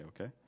okay